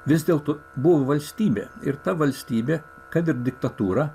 vis dėlto buvo valstybė ir ta valstybė kad ir diktatūra